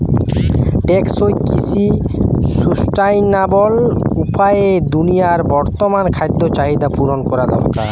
টেকসই কৃষি সুস্টাইনাবল উপায়ে দুনিয়ার বর্তমান খাদ্য চাহিদা পূরণ করা দরকার